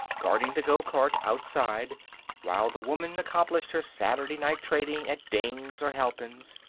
guarding the gocart outside while the woman accomplished her saturday-night trading at ding's or halpin's.